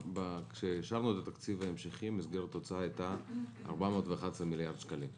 כשאישרנו את התקציב ההמשכי מסגרת ההוצאה הייתה 411 מיליארד שקלים.